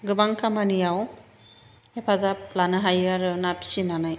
गोबां खामानियाव हेफाजाब लानो हायो आरो ना फिसिनानै